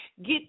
get